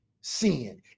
sin